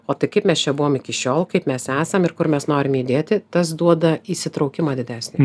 o tai kaip mes čia buvom iki šiol kaip mes esam ir kur mes norime judėti tas duoda įsitraukimą didesnį